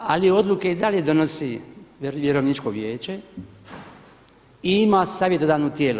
Ali odluke i dalje donosi Vjerovničko vijeće i ima savjetodavno tijelo.